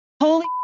holy